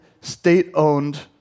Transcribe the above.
state-owned